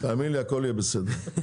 תאמין לי הכל יהיה בסדר.